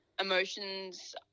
emotions